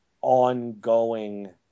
ongoing